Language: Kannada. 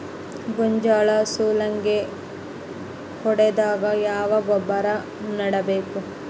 ಗೋಂಜಾಳ ಸುಲಂಗೇ ಹೊಡೆದಾಗ ಯಾವ ಗೊಬ್ಬರ ನೇಡಬೇಕು?